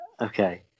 okay